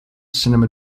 cinema